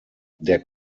der